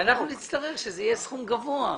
אנחנו נצטרך שזה יהיה סכום גבוה.